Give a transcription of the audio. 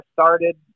started